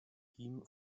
ihm